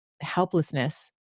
helplessness